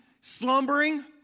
slumbering